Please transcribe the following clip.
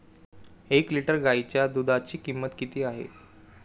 एक लिटर गाईच्या दुधाची किंमत किती आहे?